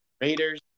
Raiders